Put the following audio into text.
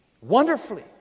wonderfully